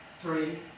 three